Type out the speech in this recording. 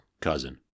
cousin